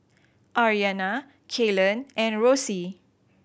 Aryanna Kaylen and Rosey